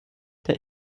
der